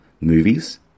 Movies